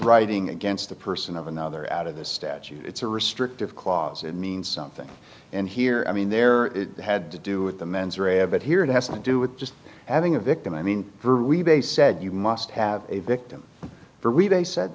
writing against the person of another out of the statute it's a restrictive clause and means something and here i mean there had to do with the mens rea of it here it hasn't do with just having a victim i mean rebase said you must have a victim very day said